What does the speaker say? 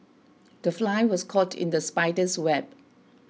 the fly was caught in the spider's web